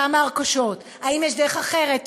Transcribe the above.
כמה הרכשות כפולות,